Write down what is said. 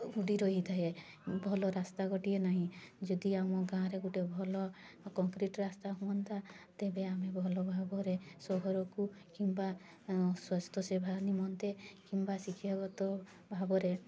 ବୁଡ଼ି ରହିଥାଏ ଭଲ ରାସ୍ତା ଗୋଟିଏ ନାହିଁ ଯଦି ଆମ ଗାଁରେ ଗୋଟେ ଭଲ କଂକ୍ରିଟ୍ ରାସ୍ତା ହୁଅନ୍ତା ତେବେ ଆମେ ଭଲଭାବରେ ସହରକୁ କିମ୍ବା ସ୍ୱାସ୍ଥ୍ୟ ସେବା ନିମନ୍ତେ କିମ୍ବା ଶିକ୍ଷାଗତଭାବରେ